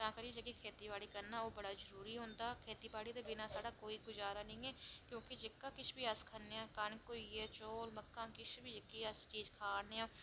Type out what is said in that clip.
तां करियै जेह्ड़ा खेती बाड़ी करना ओह् जरूरी होंदा खेती बाड़ी दे बिना साढ़ा कोई गुजारा निं ऐ क्योंकि जेह्का किश बी अस खन्ने आं मक्कां चौल किश बी चीज़ जेह्की अस खा'रने आं